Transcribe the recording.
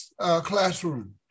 classroom